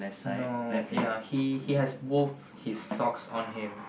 no ya he he has wove his socks on him